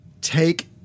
take